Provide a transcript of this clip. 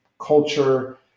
culture